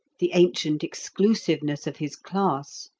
the ancient exclusiveness of his class,